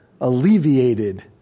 Alleviated